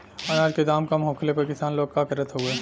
अनाज क दाम कम होखले पर किसान लोग का करत हवे?